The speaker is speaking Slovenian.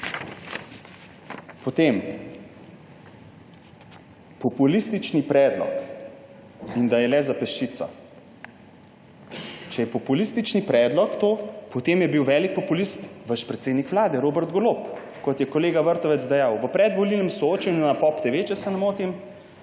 Potem populistični predlog in da je le za peščico. Če je to populistični predlog, potem je bil velik populist vaš predsednik vlade Robert Rolob. Kot je kolega Vrtovec dejal, v predvolilnem soočenju na POP TV, če se ne motim,